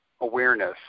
awareness